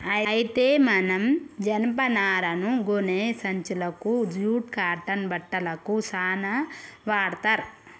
అయితే మనం జనపనారను గోనే సంచులకు జూట్ కాటన్ బట్టలకు సాన వాడ్తర్